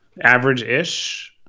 average-ish